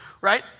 right